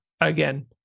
again